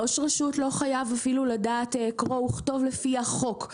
ראש ראשות לא חייב אפילו לדעת קורא וכתוב לפי החוק,